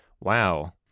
Wow